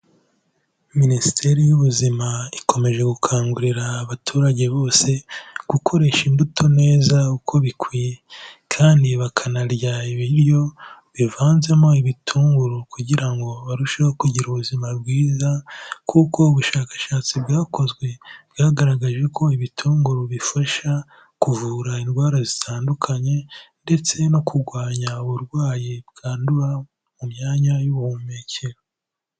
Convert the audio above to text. Minisiteri y'ubuzima ikomeje gukangurira abaturage bose gukoresha imbuto neza uko bikwiye kandi bakanarya ibiryo bivanzemo ibitunguru kugira ngo barusheho kugira ubuzima bwiza kuko ubushakashatsi bwakozwe bwagaragaje ko ibitunguru bifasha kuvura indwara zitandukanye ndetse no kurwanya uburwayi bwandura mu myanya y'ubuhumekero.